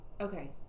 Okay